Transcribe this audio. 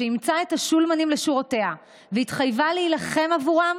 שאימצה את השולמנים לשורותיה והתחייבה להילחם עבורם,